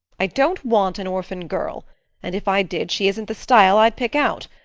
i don't want an orphan girl and if i did she isn't the style i'd pick out.